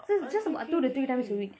so it's just about two to three times a week